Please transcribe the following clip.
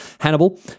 Hannibal